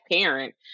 parent